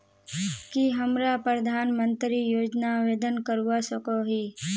की हमरा प्रधानमंत्री योजना आवेदन करवा सकोही?